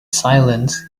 silence